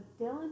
Dylan